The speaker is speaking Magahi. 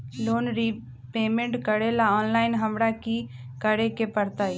लोन रिपेमेंट करेला ऑनलाइन हमरा की करे के परतई?